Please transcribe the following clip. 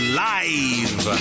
live